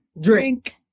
Drink